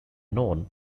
known